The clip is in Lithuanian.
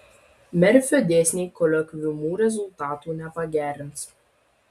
merfio dėsniai koliokviumų rezultatų nepagerins